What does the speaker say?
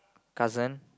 cousin